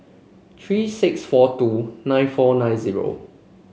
three six four two nine four nine zero